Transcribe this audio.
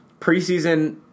preseason